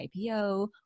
IPO